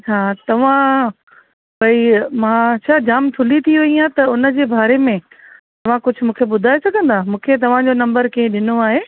हा तव्हां भई मां छा जाम थुल्ही थी वेई आहियां त हुनजे बारे में तव्हां कुझु मूंखे ॿुधाए सघंदा मूंखे तव्हांजो नम्बर कंहिं ॾिनो आहे